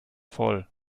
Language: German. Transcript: voll